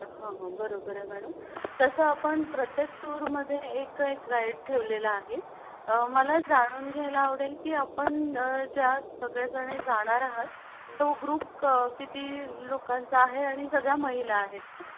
हो हो बरोबर आहे मॅडम तसं आपण प्रत्येक टूरमध्ये एक एक गाईड ठेवलेला आहे मला जाणून घ्यायला आवडेल की आपण ज्या सगळ्याजणी जाणार आहात तो ग्रुप क किती लोकांचा आहे आणि सगळ्या महिला आहेत